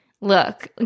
look